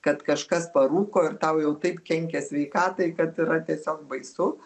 kad kažkas parūko ir tau jau taip kenkia sveikatai kad yra tiesiog baisu